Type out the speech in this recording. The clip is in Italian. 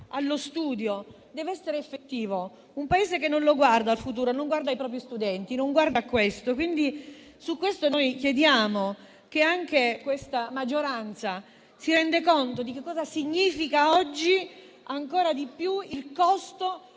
allo studio deve essere effettivo; un Paese che non guarda al futuro, non guarda ai propri studenti. Su questo noi chiediamo che anche la maggioranza si renda conto di cosa significa oggi ancora di più il costo